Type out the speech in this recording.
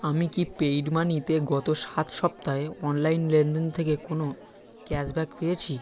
আমি কি পেইডমানিতে গত সাত সপ্তাহে অনলাইন লেনদেন থেকে কোনও ক্যাশব্যাক পেয়েছি